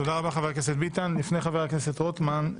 תודה רבה חבר הכנסת ביטן לפני חבר הכנסת רוטמן,